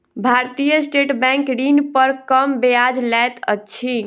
भारतीय State Bank ऋण पर कम ब्याज लैत अछि